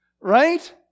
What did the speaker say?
right